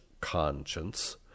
conscience